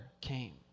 came